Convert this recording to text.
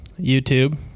youtube